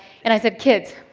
and i said, kids,